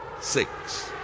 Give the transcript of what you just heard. six